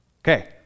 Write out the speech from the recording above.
Okay